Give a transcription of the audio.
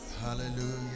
hallelujah